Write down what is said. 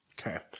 Okay